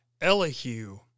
Elihu